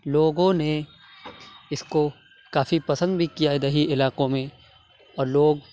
لوگوں نے اِس کو کافی پسند بھی کیا ہے دیہی علاقوں میں اور لوگ